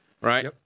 Right